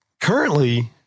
currently